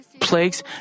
plagues